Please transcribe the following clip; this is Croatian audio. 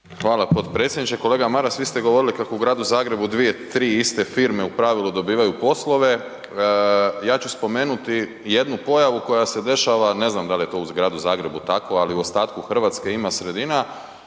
Hvala potpredsjedniče. Kolega Maras vi ste govorili kako u gradu Zagrebu dvije, tri iste firme u pravilu dobivaju poslove. Ja ću spomenuti jednu pojavu koja se dešava, ne znam da li je to u gradu Zagrebu tako, ali u ostatku Hrvatske ima sredina,